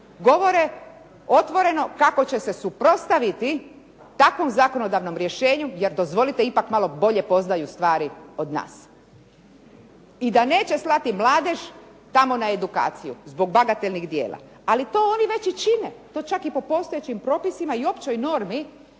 govore otvoreno kako će se suprotstaviti takvom zakonodavnom rješenju, jer dozvolite ipak malo bolje poznaju stvari od nas i da neće slati mladež tamo na edukaciju zbog bagatelnih djela. Ali to oni već i čine, to čak i po postojećim propisima i općoj normi